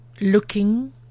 looking